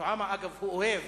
אגב, הוא אוהב